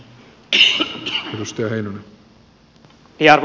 arvoisa puhemies